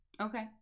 Okay